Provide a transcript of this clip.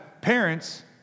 parents